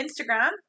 Instagram